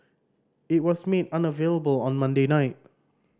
it was made unavailable on Monday night